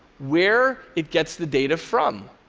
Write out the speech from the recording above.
where it gets the data from.